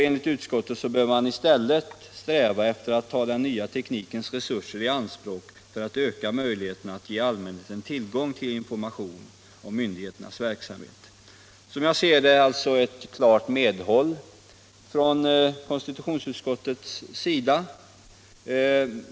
Enligt utskottet bör man i stället sträva efter att ta den nya teknikens resurser i anspråk för att öka möjligheterna att ge allmänheten tillgång till information om myndigheternas verksamhet. Som jag ser det innebär denna skrivning ett klart medhåll från konstitutionsutskottets sida.